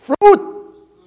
fruit